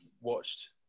Watched